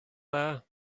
dda